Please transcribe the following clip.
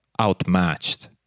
outmatched